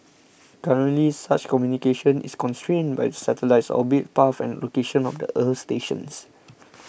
currently such communication is constrained by the satellite's orbit path and the location of the earth stations